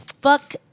Fuck